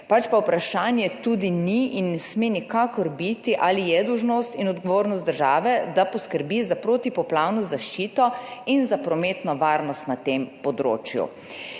vprašanje tudi ni in ne sme nikakor biti, ali je dolžnost in odgovornost države, da poskrbi za protipoplavno zaščito in za prometno varnost na tem področju.